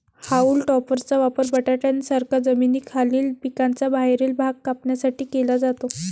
haulm टॉपरचा वापर बटाट्यांसारख्या जमिनीखालील पिकांचा बाहेरील भाग कापण्यासाठी केला जातो